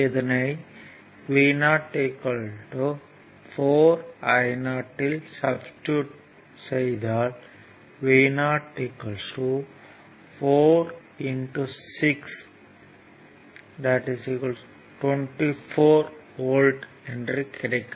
இதனை Vo 4 I o இல் substitute செய்தால் Vo 4 6 24 வோல்ட் என கிடைக்கும்